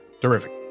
terrific